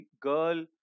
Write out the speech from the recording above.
girl